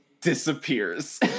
disappears